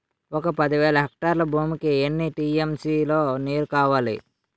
ఒక పది వేల హెక్టార్ల భూమికి ఎన్ని టీ.ఎం.సీ లో నీరు కావాలి?